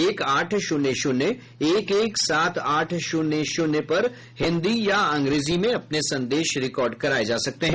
एक आठ शून्य शून्य एक एक सात आठ शून्य शून्य पर हिंदी या अंग्रेजी में अपने संदेश रिकार्ड कराए जा सकते हैं